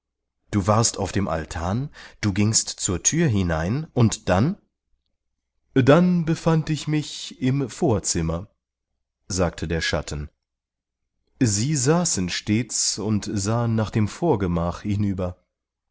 du warst auf dem altan du gingst zur thür hinein und dann dann befand ich mich im vorzimmer sagte der schatten sie saßen stets und sahen nach dem vorgemach hinüber